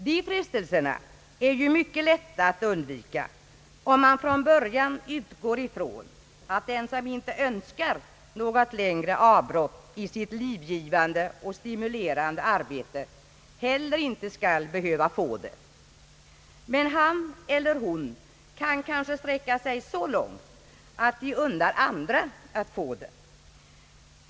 Dessa frestelser är ju mycket lätta att undvika, om man från början utgår ifrån att den som inte Öönskar något längre avbrott i sitt livgivande och stimulerande arbete heller inte skall behöva få det. Men han eller hon kan kanske sträcka sig så långt som att unna andra att få det.